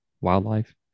wildlife